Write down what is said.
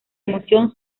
emoción